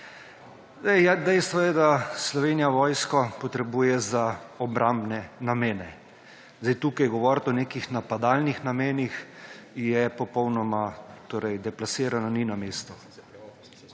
Dejstvo je, da Slovenija vojsko potrebuje za obrambne namene. Tukaj govoriti o nekih napadalnih namenih je popolnoma deplasirano, ni na mestu.